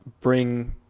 bring